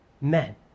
men